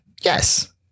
Yes